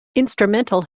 instrumental